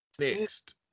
Next